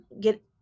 get